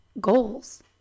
goals